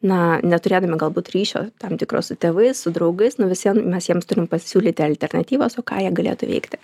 na neturėdami galbūt ryšio tam tikro su tėvais su draugais nu vis vien mes jiems turim pasiūlyti alternatyvas o ką jie galėtų veikti